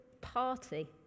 party